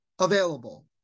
available